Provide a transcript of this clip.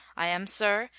i am, sir,